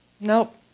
Nope